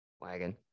wagon